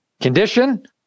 Condition